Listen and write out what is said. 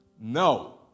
No